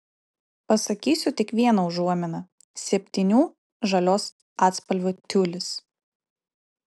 pasakysiu tik vieną užuominą septynių žalios atspalvių tiulis